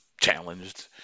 challenged